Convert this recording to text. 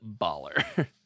baller